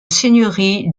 seigneurie